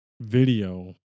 video